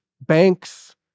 banks